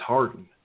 Harden